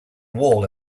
wall